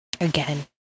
Again